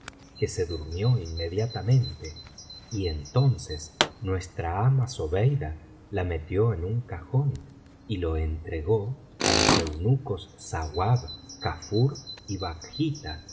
que se durmió inmediatamente y entonces nuestra ama zobeida la metió en un cajón y lo entregó á los eunucos sauab kafur y bakhita